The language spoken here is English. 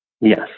Yes